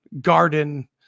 garden